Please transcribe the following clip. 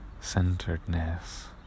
centeredness